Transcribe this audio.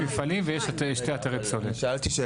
יש מפעלים ויש שני אתרי פסולת.